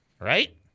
Right